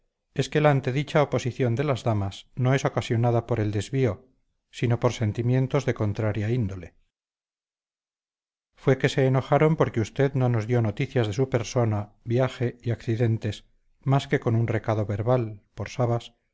es que la antedicha oposición de las damas no es ocasionada por el desvío sino por sentimientos de contraria índole fue que se enojaron porque usted no nos dio noticias de su persona viaje y accidentes más que con un recado verbal por sabas